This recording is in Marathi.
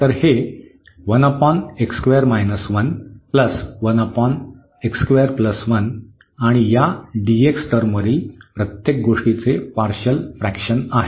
तर हे आणि या dx टर्मवरील प्रत्येक गोष्टीचे पार्शल फ्रॅकशन आहे